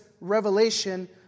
revelation